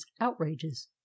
outrages